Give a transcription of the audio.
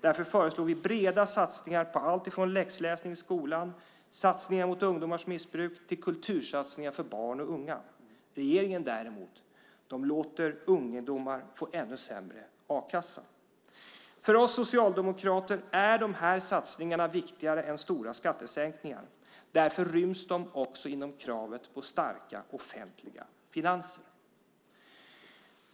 Därför föreslår vi breda satsningar på allt från läxläsning i skolan och satsningar på åtgärder mot ungdomars missbruk till kultursatsningar när det gäller barn och unga. Regeringen däremot låter ungdomar få ännu sämre a-kassa. För oss socialdemokrater är de här satsningarna viktigare än stora skattesänkningar. Därför ryms de inom kravet på starka offentliga finanser.